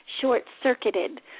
short-circuited